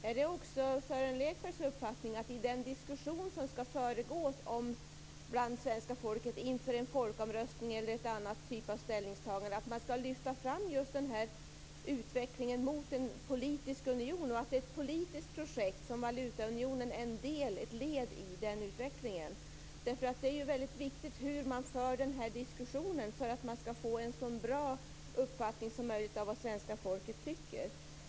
Är det också Sören Lekbergs uppfattning att man i den diskussion som skall förekomma bland svenska folket inför en folkomröstning, eller en annan typ av ställningstagande, skall lyfta fram just utvecklingen mot en politisk union, att det är ett politiskt projekt och att valutaunionen är ett led i den utvecklingen? Det är väldigt viktigt hur man för den här diskussionen, för att man skall få en så bra uppfattning som möjligt av vad svenska folket tycker.